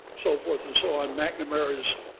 so forth and so on. mcnamara's